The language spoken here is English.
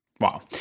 Wow